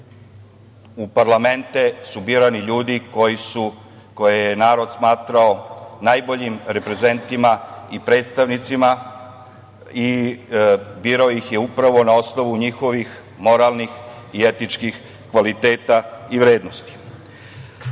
u parlamente su birani ljudi koji je narod smatrao najboljim reprezentima i predstavnicima i birao ih je upravo na osnovu njihovih moralnih i etičkih kvaliteta i vrednosti. Ono